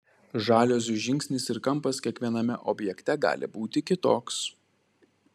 žaliuzių žingsnis ir kampas kiekviename objekte gali būti kitoks